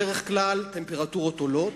בדרך כלל הטמפרטורות עולות,